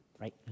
right